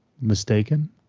mistaken